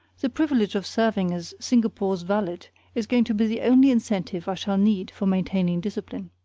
the privilege of serving as singapore's valet is going to be the only incentive i shall need for maintaining discipline.